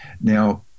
Now